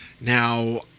Now